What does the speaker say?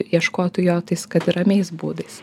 ieškotų jo tais kad ir ramiais būdais